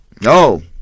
no